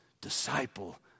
disciple